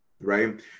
right